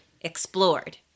explored